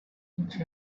each